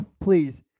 Please